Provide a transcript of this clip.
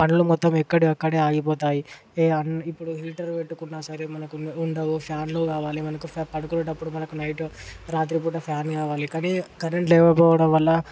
పనులు మొత్తం ఎక్కడియి అక్కడే ఆగిపోతాయి ఇప్పుడు హీటర్ పెట్టుకున్నా సరే మనకు ఉండవు ఉండవు ఫ్యాన్లు కావాలి మనకు పడుకునేటప్పుడు మనకు నైట్ రాత్రిపూట ఫ్యాన్ కావాలి కానీ కరెంట్ లేకపోవడం వల్ల